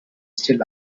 still